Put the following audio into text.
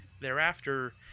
thereafter